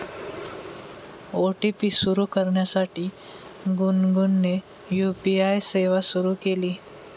OTP सुरू करण्यासाठी गुनगुनने यू.पी.आय सेवा सुरू केली